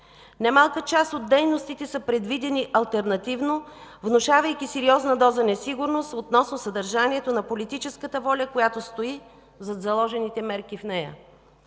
Немалка част от дейностите са предвидени алтернативно, внушавайки сериозна доза несигурност относно съдържанието на политическата воля, която стои зад заложените мерки в нея.